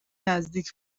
نزدیک